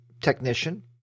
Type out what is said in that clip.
technician